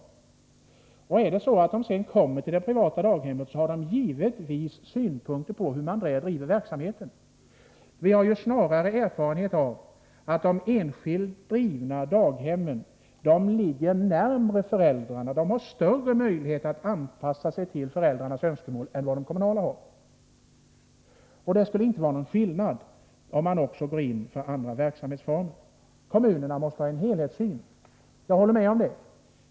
Är det sedan så att de kommer till ett privat daghem, har de givetvis synpunkter på hur man där bedriver verksamheten. Vi har snarare erfarenhet av att de enskilt drivna daghemmen ligger närmare föräldrarna och har större möjligheter att Nr 68 anpassa sig till föräldrarnas önskemål än vad de kommunala har. Det skulle Måndagen den inte vara någon skillnad om man går in för även andra verksamhetsformer. 30 januari 1984 Kommunerna måste ha en helhetssyn — jag håller med om det.